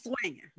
swinging